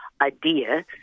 idea